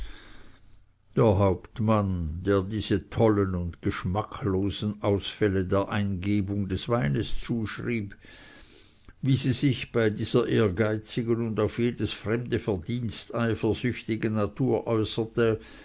der hauptmann der diese tollen und geschmacklosen ausfälle der eingebung des weines zuschrieb wie sie sich bei dieser ehrgeizigen und auf jedes fremde verdienst eifersüchtigen natur äußerte